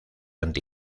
anti